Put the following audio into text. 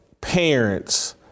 parents